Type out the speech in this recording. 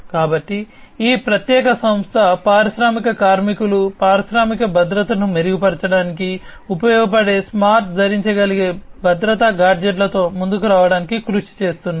కాబట్టి ఈ ప్రత్యేక సంస్థ పారిశ్రామిక కార్మికులు పారిశ్రామిక భద్రతను మెరుగుపరచడానికి ఉపయోగపడే స్మార్ట్ ధరించగలిగే భద్రతా గాడ్జెట్లతో ముందుకు రావడానికి కృషి చేస్తున్నారు